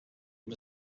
him